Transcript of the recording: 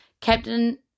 Captain